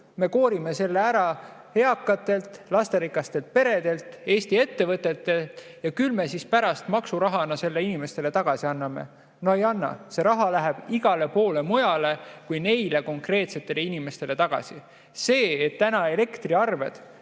me koorime selle raha eakatelt, lasterikastelt peredelt, Eesti ettevõtetelt ja küll me selle siis pärast maksurahast inimestele tagasi anname. No ei anna! See raha läheb igale poole mujale, mitte neile konkreetsetele inimestele tagasi. Elektriarved